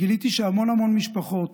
גיליתי שהמון המון משפחות,